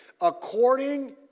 According